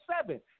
seven